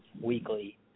weekly